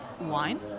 wine